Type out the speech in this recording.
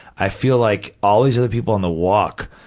i feel like all these other people on the walk,